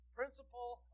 principle